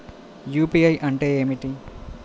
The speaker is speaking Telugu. యూ.పీ.ఐ అంటే ఏమిటీ?